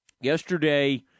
yesterday